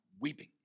weeping